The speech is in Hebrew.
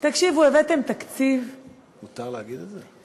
תקשיבו, הבאתם תקציב, מותר להגיד את זה?